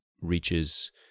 reaches